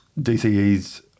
DCE's